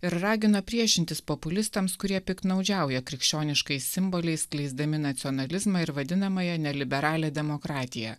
ir ragino priešintis populistams kurie piktnaudžiauja krikščioniškais simboliais skleisdami nacionalizmą ir vadinamąją neliberalią demokratiją